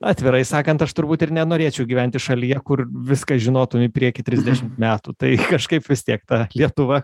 atvirai sakant aš turbūt ir nenorėčiau gyventi šalyje kur viską žinotum į priekį trisdešimt metų tai kažkaip vis tiek ta lietuva